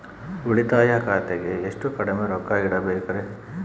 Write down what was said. ಉಳಿತಾಯ ಖಾತೆಗೆ ಎಷ್ಟು ಕಡಿಮೆ ರೊಕ್ಕ ಇಡಬೇಕರಿ?